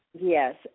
Yes